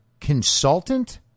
consultant